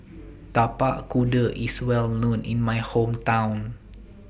Tapak Kuda IS Well known in My Hometown